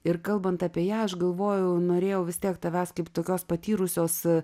ir kalbant apie ją aš galvojau norėjau vis tiek tavęs kaip tokios patyrusios